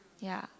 ya